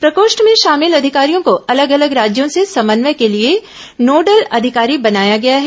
प्रकोष्ठ में शामिल अधिकारियों को अलग अलग राज्यों से समन्वय के लिए नोडल अधिकारी बनाया गया है